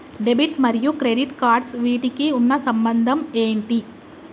Debit మరియు credit cards వీటికి ఉన్న సంబంధం ఏంటి?